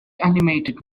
animated